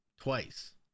twice